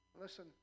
Listen